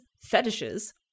fetishes